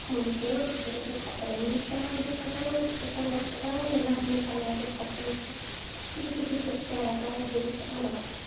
হিন্দিতেও কিছু কিছু কথা এমনি সময় যে কথা বলি সেটা না সেটা অন্য ধরনেরভাবে আমাদের কথা বলতে হয় কিছু কিছু ক্ষেত্রে অনেক অনেক জিনিস